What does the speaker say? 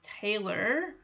Taylor